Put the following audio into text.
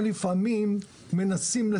כי אנחנו לא חוזרים הביתה,